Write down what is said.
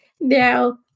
Now